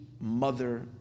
mother